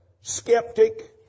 skeptic